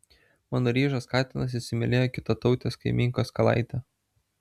mano ryžas katinas įsimylėjo kitatautės kaimynkos kalaitę